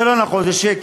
זה לא נכון, זה שקר.